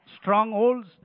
strongholds